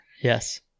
Yes